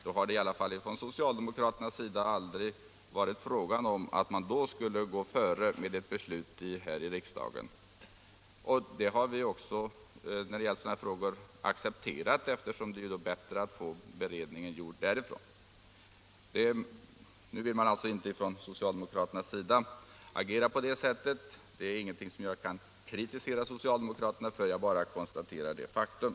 Då har det i varje fall från socialdemokraternas sida aldrig varit fråga om att man skulle gå före med ett beslut här i riksdagen. Det har vi också accepterat, eftersom det ju är bättre att få beredningen gjord i kanslihuset. Nu vill socialdemokraterna inte agera på det sättet. Det är ingenting som jag kan kritisera socialdemokraterna för — jag bara konstaterar faktum.